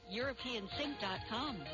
europeansync.com